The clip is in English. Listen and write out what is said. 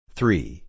Three